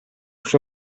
suo